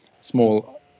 small